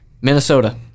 Minnesota